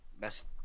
best